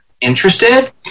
interested